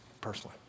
personally